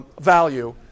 value